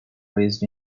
raised